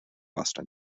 austin